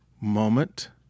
moment